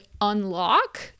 unlock